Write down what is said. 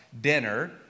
dinner